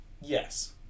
yes